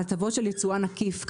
על ההטבות של ייצואן עקיף.